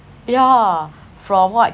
yeah from what